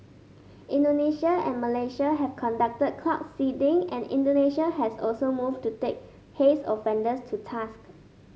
Indonesia and Malaysia have conducted cloud seeding and Indonesia has also moved to take haze offenders to task